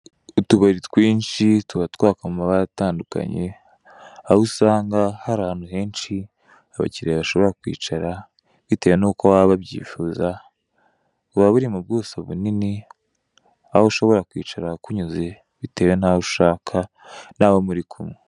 Utubari twinshi tuba twaka amabara atandukanye aho usanga hari ahantu henshi abakiliya bashobora kwicara bitewe n'uko baba bakwifuza, buba buri mu buso bunini aho ushobora kwicara ahakunyuze bitewe aho ushaka n'abo muri kumwe.